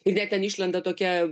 ir net ten išlenda tokia